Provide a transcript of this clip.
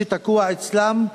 שתקוע אצלם,